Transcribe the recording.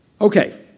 Okay